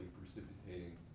precipitating